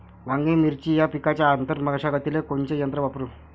वांगे, मिरची या पिकाच्या आंतर मशागतीले कोनचे यंत्र वापरू?